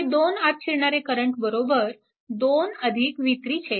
हे दोन आत शिरणारे करंट 2 v310